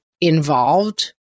involved